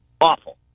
awful